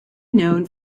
known